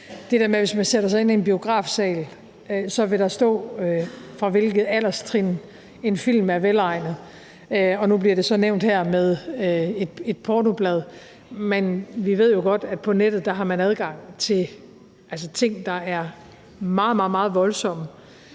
er komisk, at man kan sætte sig ind i en biografsal, og at man så kan se, at der står, fra hvilket alderstrin en film er velegnet, og nu bliver det så nævnt her med et pornoblad. Men vi ved jo godt, at man på nettet har adgang til ting, der er meget, meget voldsomme,